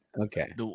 Okay